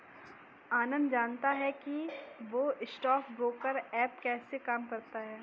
आनंद जानता है कि स्टॉक ब्रोकर ऐप कैसे काम करता है?